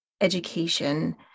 education